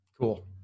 Cool